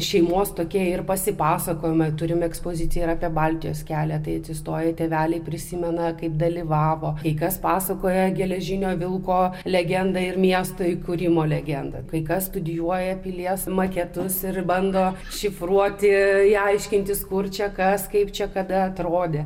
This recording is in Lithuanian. šeimos tokie ir pasipasakojimai turime ekspozicija ir apie baltijos kelią tai atsistoję tėveliai prisimena kaip dalyvavo kai kas pasakoja geležinio vilko legendą ir miesto įkūrimo legendą kai kas studijuoja pilies maketus ir bando šifruoti aiškintis kur čia kas kaip čia kada atrodė